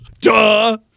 Duh